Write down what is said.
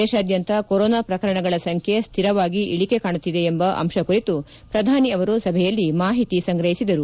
ದೇಶಾದ್ಯಂತ ಕೊರೋನಾ ಪ್ರಕರಣಗಳ ಸಂಖ್ಯೆ ಶ್ಲಿರವಾಗಿ ಇಳಿಕೆ ಕಾಣುತ್ತಿದೆ ಎಂಬ ಅಂಶ ಕುರಿತು ಪ್ರಧಾನಿ ಅವರು ಸಭೆಯಲ್ಲಿ ಮಾಹಿತಿ ಸಂಗ್ರಹಿಸಿದರು